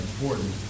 important